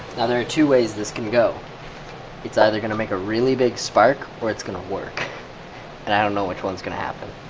now there are two ways this can go it's either gonna make a really big spark or it's gonna work and i don't know which one's gonna happen